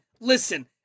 listen